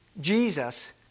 Jesus